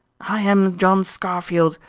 i am john scarfield!